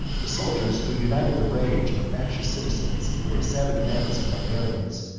the soldiers, who united the rage of factious citizens with the savage manners of barbarians,